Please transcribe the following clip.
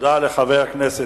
למען השם.